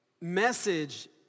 message